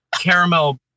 caramel